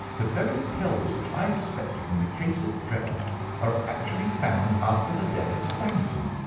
the very pills which i suspected in the case of drebber are actually found after the death of stangerson.